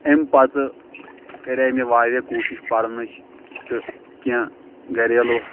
اَمہِ پَتہٕ کَرے مےٚ واریاہ کوٗشِش پَرنٕچ تہٕ کیٚنٛہہ گھَریلوٗ